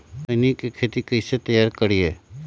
खैनी के खेत कइसे तैयार करिए?